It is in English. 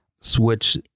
switch